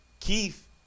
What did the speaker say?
keith